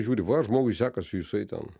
žiūri va žmogui sekasi jisai ten